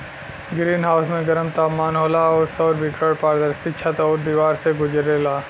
green house में गरम तापमान होला आउर सौर विकिरण पारदर्शी छत आउर दिवार से गुजरेला